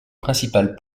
principal